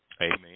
Amen